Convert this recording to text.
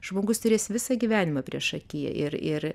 žmogus turės visą gyvenimą priešakyje ir ir